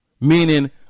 meaning